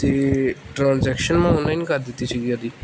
ਅਤੇ ਟਰਾਂਜੈਕਸ਼ਨ ਮੈਂ ਔਨਲਾਈਨ ਕਰ ਦਿੱਤੀ ਸੀਗੀ ਉਹਦੀ